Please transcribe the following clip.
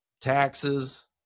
taxes